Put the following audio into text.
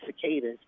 cicadas